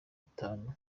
bitanu